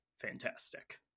fantastic